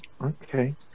Okay